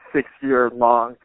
six-year-long